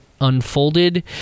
unfolded